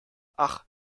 ach